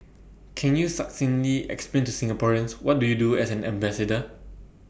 can you succinctly explain to Singaporeans what do you do as an ambassador